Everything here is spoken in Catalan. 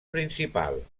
principal